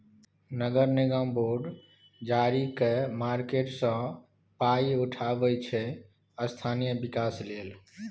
नगर निगम बॉड जारी कए मार्केट सँ पाइ उठाबै छै स्थानीय बिकास लेल